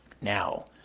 Now